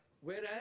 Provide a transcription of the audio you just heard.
whereas